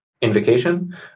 invocation